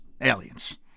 aliens